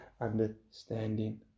understanding